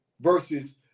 versus